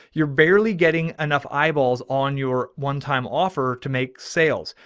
you're barely getting enough eyeballs on your onetime offer to make sales.